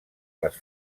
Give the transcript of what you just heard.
les